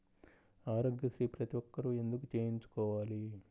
ఆరోగ్యశ్రీ ప్రతి ఒక్కరూ ఎందుకు చేయించుకోవాలి?